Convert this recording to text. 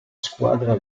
squadra